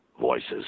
voices